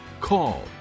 call